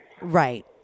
Right